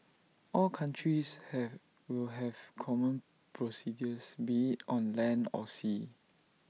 all countries have will have common procedures be IT on land or sea